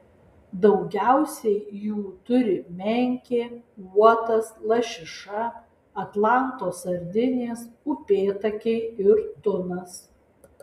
daugiausiai jų turi menkė uotas lašiša atlanto sardinės upėtakiai ir tunas